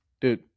dude